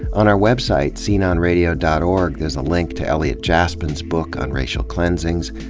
on our website, sceneonradio dot org, there's a link to elliot jaspin's book on racial cleansings,